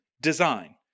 design